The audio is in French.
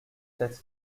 tête